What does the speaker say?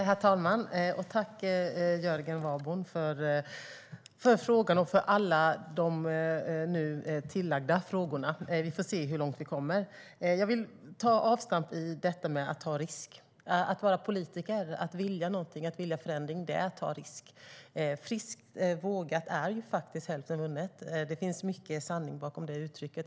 Herr talman! Tack, Jörgen Warborn, för frågan och för alla de nu tillagda frågorna! Vi får se hur långt vi kommer. Jag vill ta avstamp i detta med att ta risk. Att vara politiker, att vilja någonting och att vilja förändring är att ta risk. Friskt vågat är faktiskt hälften vunnet; det finns mycket sanning bakom det uttrycket.